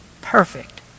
perfect